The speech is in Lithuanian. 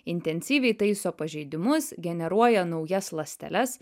intensyviai taiso pažeidimus generuoja naujas ląsteles